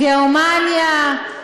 גרמניה,